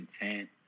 intent